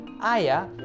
Aya